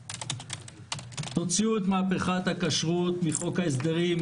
תוציאו את מהפכת הכשרות מחוק ההסדרים.